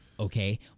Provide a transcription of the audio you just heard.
Okay